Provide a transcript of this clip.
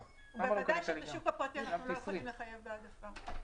בוודאי שבשוק הפרטי אנחנו לא יכולים לחייב בהעדפה.